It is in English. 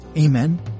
Amen